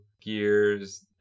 gears